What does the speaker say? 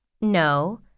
No